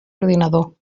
ordinador